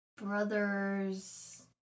brothers